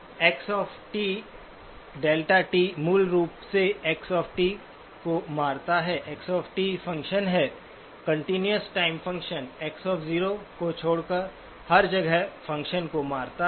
तो एक्स टीX δ टी मूल रूप से X को मारता है X फ़ंक्शन है कंटीन्यूअस टाइम फ़ंक्शन X को छोड़कर हर जगह फ़ंक्शन को मारता है